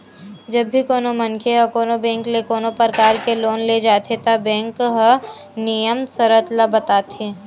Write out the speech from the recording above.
जब भी कोनो मनखे ह कोनो बेंक ले कोनो परकार के लोन ले जाथे त बेंक ह नियम सरत ल बताथे